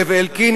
זאב אלקין,